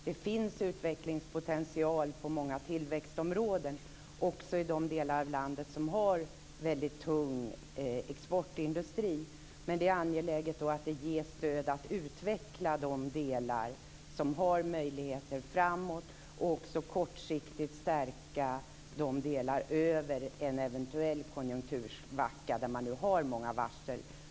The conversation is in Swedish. Det finns utvecklingspotential på många tillväxtområden också i de delar av landet som har väldigt tung exportindustri. Men det är angeläget att det ges stöd för att utveckla de delar som har möjligheter framåt och att man också kortsiktigt stärker dem över en eventuell konjunktursvacka i områden där man har många varsel.